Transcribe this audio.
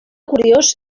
curiós